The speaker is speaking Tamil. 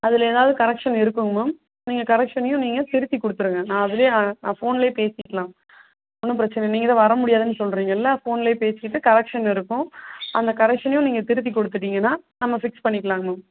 அதில் ஏதாவது கரெக்ஷன் இருக்குதுங்க மேம் நீங்கள் கரெக்ஷன்னையும் நீங்கள் திருத்தி கொடுத்துருங்க நான் அதுலேயே நான் ஃபோன்லேயே பேசிக்கலாம் ஒன்றும் பிரச்சனை இல்லை நீங்கள் தான் வர முடியாதுன்னு சொல்லுறிங்கள ஃபோன்லேயே பேசிவிட்டு கரெக்ஷன் இருக்கும் அந்த கரெக்ஷன்னையும் நீங்கள் திருத்தி கொடுத்திட்டிங்கனா நம்ம ஃபிக்ஸ் பண்ணிக்கலாம்ங்க மேம்